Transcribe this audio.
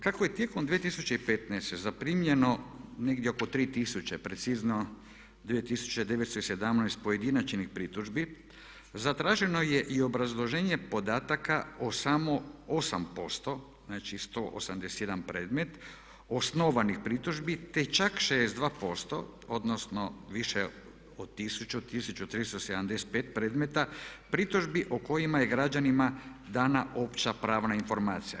Kako je tijekom 2015. zaprimljeno negdje oko 3 tisuće, precizno 2917 pojedinačnih pritužbi, zatraženo je i obrazloženje podataka o samo 8%, znači 181 predmet osnovanih pritužbi te čak 62% odnosno više od 1000, 1375 predmeta pritužbi o kojima je građanima dana opća pravna informacija.